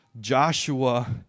joshua